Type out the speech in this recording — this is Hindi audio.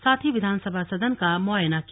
साथ ही विधानसभा सदन का मुआयना किया